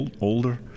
older